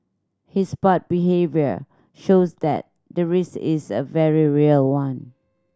his past behaviour shows that the risk is a very real one